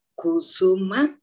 kusuma